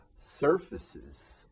surfaces